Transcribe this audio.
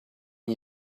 and